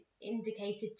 indicated